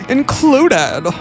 Included